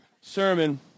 sermon